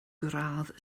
gradd